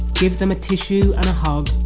give them a tissue and a hug,